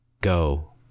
go